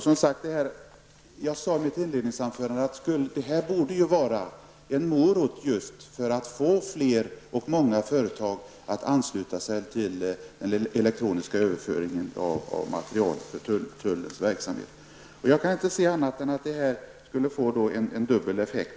Jag sade i mitt inledningsanförande att detta borde vara en morot för att få fler företag att ansluta sig till den elektroniska överföringen av material till tullens verksamhet. Jag kan inte se annat än att detta skulle få en dubbel effekt.